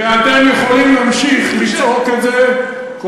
ואתם יכולים להמשיך לצעוק את זה, איזה מין שקר?